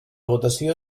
votació